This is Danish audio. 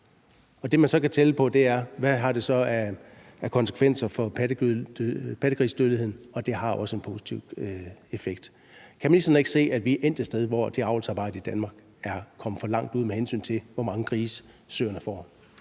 Når man så tæller op, hvad det har af konsekvenser for pattegrisedødeligheden, kan man se, at det også der har en positiv effekt. Kan ministeren ikke se, at vi er endt et sted, hvor avlsarbejdet i Danmark er kommet for langt ud, med hensyn til hvor mange grise søerne får?